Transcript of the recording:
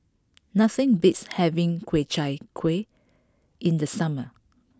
nothing beats having Ku Chai Kueh in the summer